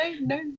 no